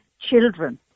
Children